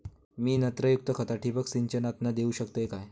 मी नत्रयुक्त खता ठिबक सिंचनातना देऊ शकतय काय?